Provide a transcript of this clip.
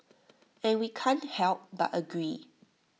and we can't help but agree